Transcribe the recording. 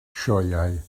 sioeau